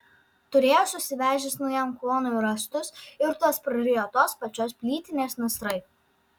turėjo susivežęs naujam kluonui rąstus ir tuos prarijo tos pačios plytinės nasrai